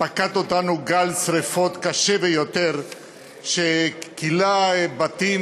פקד אותנו גל שרפות קשה ביותר שכילה בתים